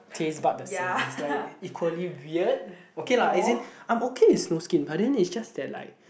taste bud the same is like equally weird okay lah as in I'm okay with snow skin but then is just that like